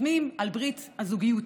חותמים על ברית הזוגיות,